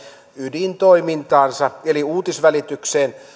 ydintoimintaansa eli uutisvälitykseen